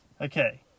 Okay